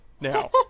now